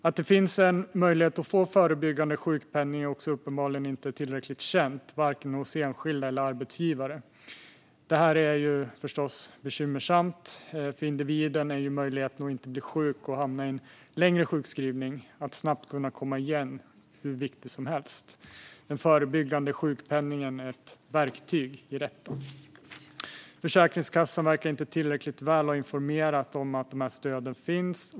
Att det finns möjlighet att få förebyggande sjukpenning är uppenbarligen inte heller tillräckligt känt, varken hos enskilda eller hos arbetsgivare. Det är förstås bekymmersamt. För individen är möjligheten att inte bli sjuk, att inte hamna i en längre sjukskrivning och att snabbt kunna komma igen hur viktig som helst. Den förebyggande sjukpenningen är ett verktyg i detta. Försäkringskassan verkar inte ha informerat tillräckligt väl om att de här stöden finns.